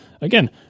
again